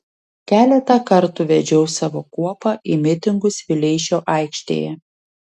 keletą kartų vedžiau savo kuopą į mitingus vileišio aikštėje